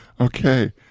Okay